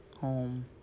home